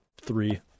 three